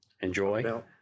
enjoy